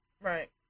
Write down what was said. Right